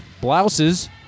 Blouses